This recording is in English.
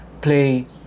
play